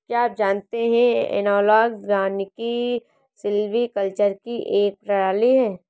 क्या आप जानते है एनालॉग वानिकी सिल्वीकल्चर की एक प्रणाली है